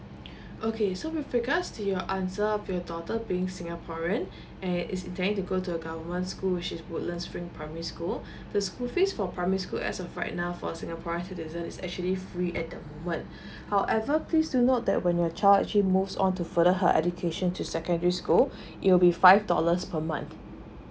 okay so with regards to your answer of your daughter being singaporean at is it intend to go to government school shift woodlands ring primary school the school fee for primary school as of right now for singaporean citizen is actually free at the moment however please do note that when your child actually moves on to further her education to secondary school it will be five dollars per month